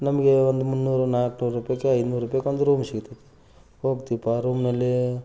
ನಮಗೆ ಒಂದು ಮೂನ್ನೂರು ನಾಲ್ಕು ನೂರು ರೂಪಾಯಿಗೆ ಐನೂರು ರೂಪಾಯಿಗೆ ಒಂದು ರೂಮು ಸಿಗತೈತಿ ಹೋಗ್ತೀವಿ ಪಾ ಆ ರೂಮಿನಲ್ಲಿ